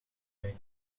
week